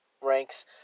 ranks